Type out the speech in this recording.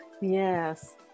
Yes